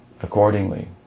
accordingly